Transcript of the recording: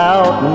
Out